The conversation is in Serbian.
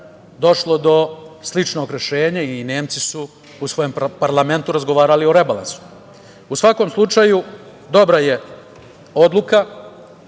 došlo do sličnog rešenja i Nemci su u svojem parlamentu razgovarali o rebalansu.U svakom slučaju, dobra je odluka,